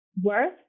worth